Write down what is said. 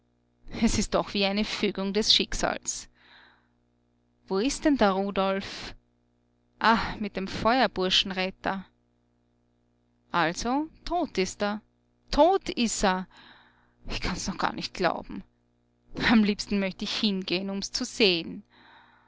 es ist doch wie eine fügung des schicksals wo ist denn der rudolf ah mit dem feuerburschen red't er also tot ist er tot ist er ich kann's noch gar nicht glauben am liebsten möcht ich hingeh'n um's zu seh'n